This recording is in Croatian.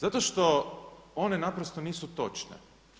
Zato što one naprosto nisu točne.